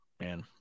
man